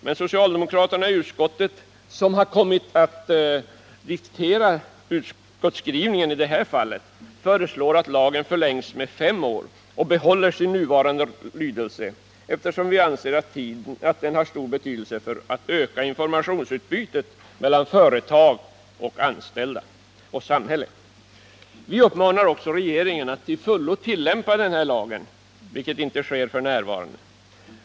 Men socialdemokraterna i utskottet, som har kommit att diktera utskottsskrivningen i det här fallet, föreslår att lagens giltighet förlängs med fem år och får behålla sin nuvarande lydelse, eftersom vi anser att den har stor betydelse för att öka informationsutbytet mellan företag och anställda och samhället. Vi vill också att regeringen till fullo skall tillämpa lagen, vilket inte sker f. n.